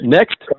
Next